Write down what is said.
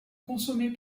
consommé